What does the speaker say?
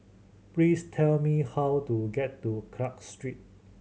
please tell me how to get to Clarke Street